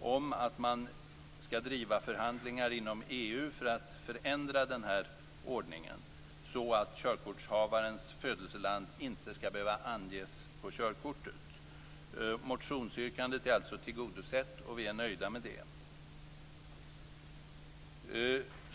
om att man skall driva förhandlingar inom EU för att förändra den här ordningen så att körkortshavarens födelseland inte skall behöva anges på körkortet. Motionsyrkandet har alltså blivit tillgodosett, och vi är nöjda med det.